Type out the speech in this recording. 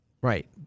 right